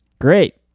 Great